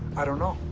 i don't know.